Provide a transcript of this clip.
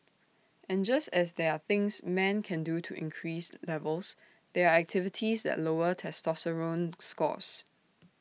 and just as there are things men can do to increase levels there are activities that lower testosterone scores